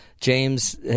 James